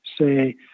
say